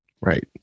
Right